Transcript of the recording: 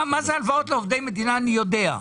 מה זה הלוואות לעובדי מדינה אני יודע.